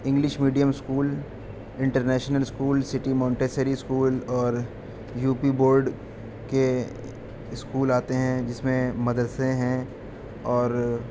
English medium school international schools city Montessori school اور U P board کے school آتے ہیں جس میں مدرسے ہیں اور